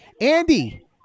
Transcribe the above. Andy